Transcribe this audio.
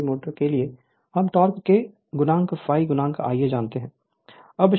DC motor के लिए हम टॉर्क K ∅ Ia जानते हैं